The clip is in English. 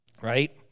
right